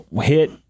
hit